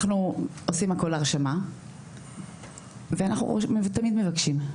אנחנו עושים הרשמה ואנחנו תמיד מבקשים,